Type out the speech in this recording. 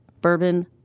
bourbon